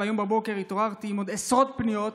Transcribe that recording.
והיום בבוקר התעוררתי עם עוד עשרות פניות.